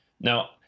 Now